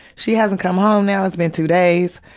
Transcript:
she hasn't come home now, it's been two days.